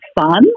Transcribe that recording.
fun